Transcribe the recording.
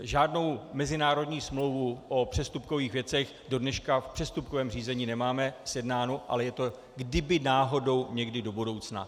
Žádnou mezinárodní smlouvu o přestupkových věcech dodneška v přestupkovém řízení nemáme sjednánu, ale je to, kdyby náhodou někdy do budoucna.